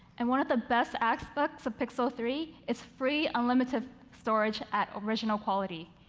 and one of the best aspects of pixel three is free unlimited storage at original quality.